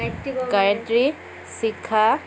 Gayatri Shikha